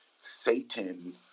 Satan